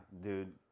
dude